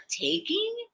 taking